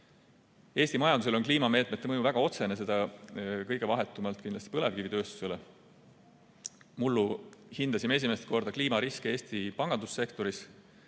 Eesti majandusele on kliimameetmete mõju väga otsene, seda kõige vahetumalt kindlasti põlevkivitööstusele. Mullu hindasime esimest korda kliimariske Eesti pangandussektoris